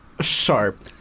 Sharp